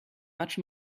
much